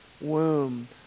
womb